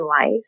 life